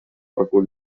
recull